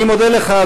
אני מודה לך,